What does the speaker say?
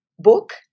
Book